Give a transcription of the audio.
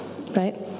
Right